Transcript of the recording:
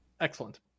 Excellent